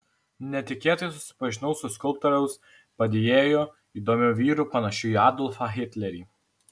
netikėtai susipažinau su skulptoriaus padėjėju įdomiu vyru panašiu į adolfą hitlerį